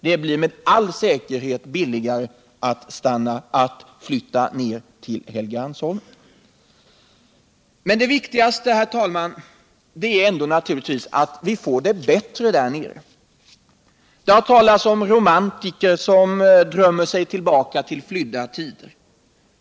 Det blir med all säkerhet billigare att flytta till Helgeandsholmen. Men det viktigaste, herr talman, är naturligtvis ändå att vi får det bättre där. Det har talats om romantiker som drömmer sig tillbaka till Nydda tider.